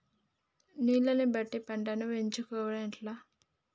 నీళ్లని బట్టి పంటను ఎంచుకోవడం ఎట్లా?